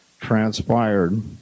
transpired